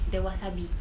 the wasabi